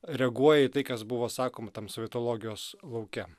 reaguoja į tai kas buvo sakoma tam sovietologijos lauke